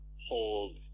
hold